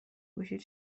گوشیت